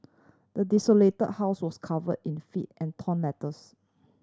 the desolated house was covered in filth and torn letters